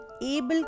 able